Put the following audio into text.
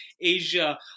Asia